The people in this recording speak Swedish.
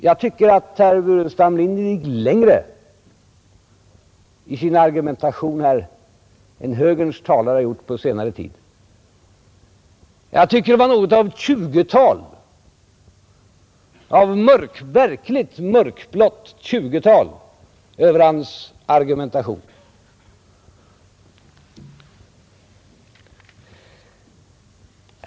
Jag tycker att herr Burenstam Linder gick längre i sin argumentation än högerns talare gjort på senare tid. Det var något av verkligt mörkblått 1920-tal över hans argumentation.